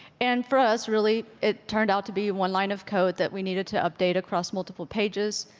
and for us, really, it turned out to be one line of code that we needed to update across multiple pages.